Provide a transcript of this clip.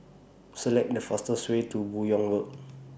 Select The fastest Way to Buyong Road